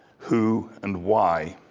who and why.